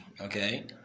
okay